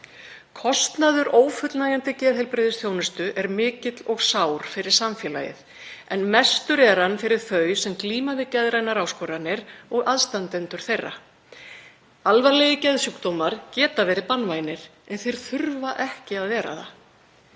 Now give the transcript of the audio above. Kostnaður ófullnægjandi geðheilbrigðisþjónustu er mikill og sár fyrir samfélagið en mestur er hann fyrir þau sem glíma við geðrænar áskoranir og aðstandendur þeirra. Alvarlegir geðsjúkdómar geta verið banvænir en þeir þurfa ekki að vera það.